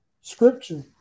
scripture